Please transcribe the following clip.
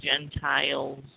Gentiles